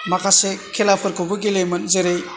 माखासे खेलाफोरखौबो गेलेयोमोन जेरै